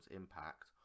impact